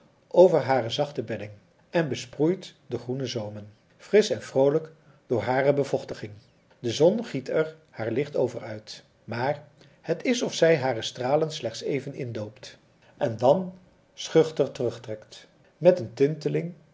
over hare zachte bedding en besproeit de groene zoomen frisch en vroolijk door hare bevochtiging de zon giet er haar licht over uit maar het is of zij hare stralen slechts even indoopt en dan schuchter terugtrekt met een tinteling